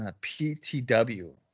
PTW